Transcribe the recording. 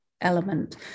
element